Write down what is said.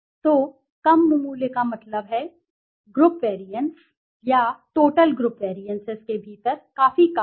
तो कम मूल्य का मतलब है मतलब group variances total group variances के भीतर काफी कम हैं